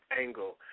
angle